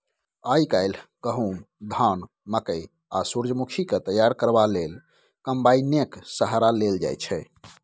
आइ काल्हि गहुम, धान, मकय आ सूरजमुखीकेँ तैयार करबा लेल कंबाइनेक सहारा लेल जाइ छै